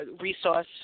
resource